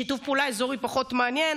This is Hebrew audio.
שיתוף פעולה אזורי פחות מעניין,